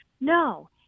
No